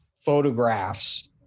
photographs